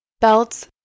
belts